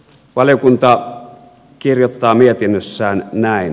valiokunta kirjoittaa mietinnössään näin